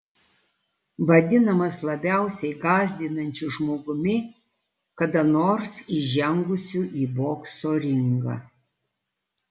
vadinamas labiausiai gąsdinančiu žmogumi kada nors įžengusiu į bokso ringą